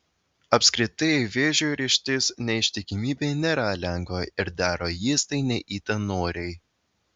apskritai vėžiui ryžtis neištikimybei nėra lengva ir daro jis tai ne itin noriai